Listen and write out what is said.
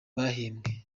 bahembwe